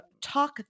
talk